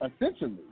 essentially